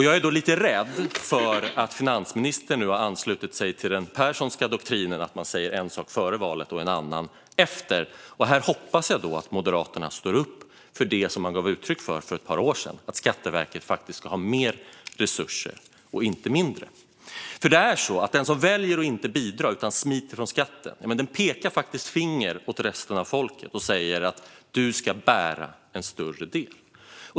Jag är lite rädd att finansministern nu har anslutit sig till den Pehrsonska doktrinen: att man säger en sak före valet och en sak efter. Jag hoppas att Moderaterna står upp för det som man uttryckte för ett par år sedan - att Skatteverket ska ha mer resurser och inte mindre. Den som väljer att inte bidra utan smiter från skatten pekar finger mot resten av folket och säger: Du ska bära en större del.